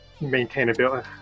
maintainability